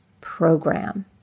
program